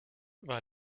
war